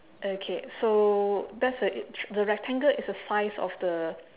okay so that's a the rectangle is a size of the